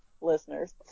listeners